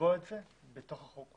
לקבוע את זה בתוך החוק.